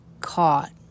caught